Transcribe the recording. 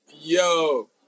Yo